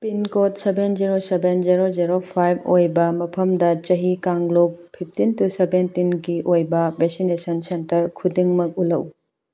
pincode seven zero seven zero zero five ꯑꯣꯏꯕ ꯃꯐꯝꯗ ꯆꯍꯤ ꯀꯥꯡꯂꯨꯞ ꯐꯤꯞꯇꯤꯟ ꯇꯨ ꯁꯕꯦꯟꯇꯤꯟꯒꯤ ꯑꯣꯏꯕ ꯕꯦꯛꯁꯤꯅꯦꯁꯟ ꯁꯦꯟꯇꯔ ꯈꯨꯗꯤꯡꯃꯛ ꯎꯠꯂꯛꯎ